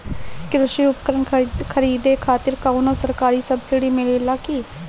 कृषी उपकरण खरीदे खातिर कउनो सरकारी सब्सीडी मिलेला की?